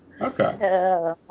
Okay